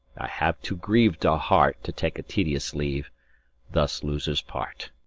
i have too griev'd a heart to take a tedious leave thus losers part.